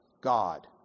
god